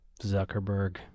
Zuckerberg